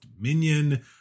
minion